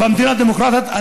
במדינה דמוקרטית.